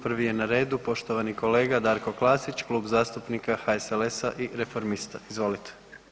Prvi je na redu poštovani kolega Darko Klasić, Kluba zastupnika HSLS-a i reformista, izvolite.